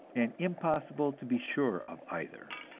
and impossible to be sure of either.